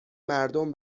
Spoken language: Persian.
مردم